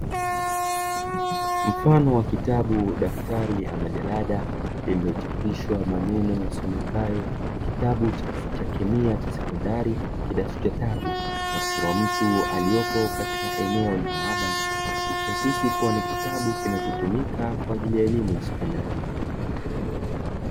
Mfano wa kitabu, daftari ama jalada. Lililochapishwa maneno yasomekayo kitabu cha kemia cha sekondari kidato cha tatu. Na kuchorwa mtu aliyopo katika eneo la maabara ikiakisi ni kitabu kinachotumika kwa ajili ya elimu ya sekondari.